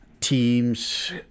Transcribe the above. teams